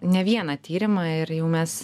ne vieną tyrimą ir jau mes